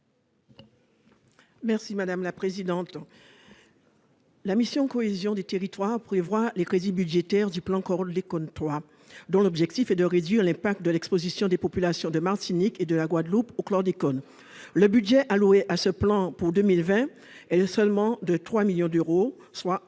Merci madame la présidente. La mission cohésion des territoires prévoit les crédits budgétaires du plan encore l'icône 3 dont l'objectif est de réduire l'impact de l'Exposition des populations de Martinique et de la Guadeloupe au chlordécone le budget alloué à ce plan pour 2020, elle est seulement de 3 millions d'euros, soit un